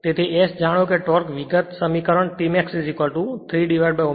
તેથી S થી જાણો કે ટોર્ક સમીકરણ T max3ω S0